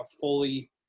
fully